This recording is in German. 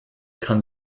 kann